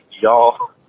y'all